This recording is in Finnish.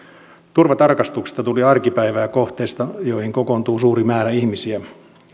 turvatarkastuksista tuli arkipäivää kohteissa joihin kokoontuu suuri määrä ihmisiä